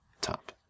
top